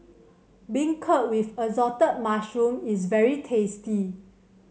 beancurd with Assorted Mushrooms is very tasty